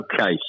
Okay